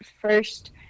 first